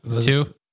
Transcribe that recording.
two